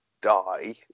die